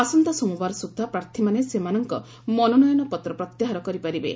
ଆସନ୍ତା ସୋମବାର ସୁଦ୍ଧା ପ୍ରାର୍ଥୀମାନେ ସେମାନଙ୍କ ମନୋନୟନ ପତ୍ର ପ୍ରତ୍ୟାହାର କରିପାରିବେ